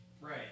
Right